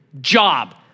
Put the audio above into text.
job